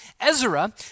Ezra